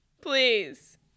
Please